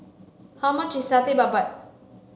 how much is satay babat